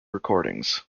recordings